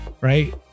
right